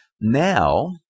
now